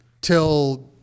till